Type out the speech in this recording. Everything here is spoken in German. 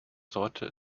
sorte